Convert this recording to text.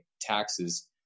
taxes